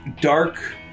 dark